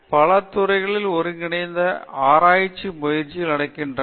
பல துறைகள் ஒருங்கிணைத்த ஆராய்ச்சி முயற்சிகள் நடக்கின்றன